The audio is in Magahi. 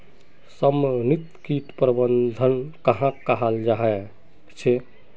समन्वित किट प्रबंधन कहाक कहाल जाहा झे?